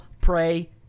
pray